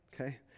Okay